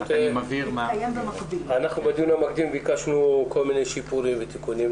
בדיון המקדים ביקשנו כל מיני שיפורים ותיקונים.